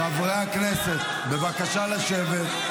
חברי הכנסת, בבקשה לשבת.